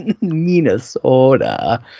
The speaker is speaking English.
Minnesota